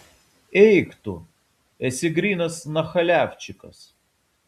eik tu esi grynas nachaliavčikas